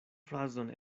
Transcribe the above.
frazon